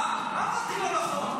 מה אמרתי לא נכון?